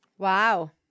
Wow